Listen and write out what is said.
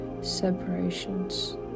separations